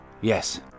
Yes